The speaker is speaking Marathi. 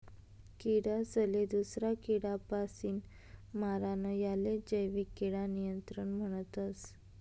किडासले दूसरा किडापासीन मारानं यालेच जैविक किडा नियंत्रण म्हणतस